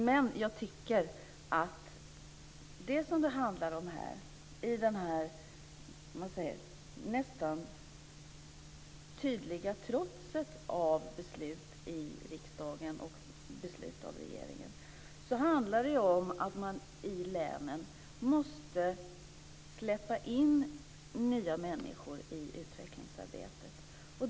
Men jag tycker att det här med, jag skulle nästan vilja säga, det tydliga trotset av beslut i riksdagen och av regeringen handlar om att man i länen måste släppa in nya människor i utvecklingsarbetet.